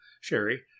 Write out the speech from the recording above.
Sherry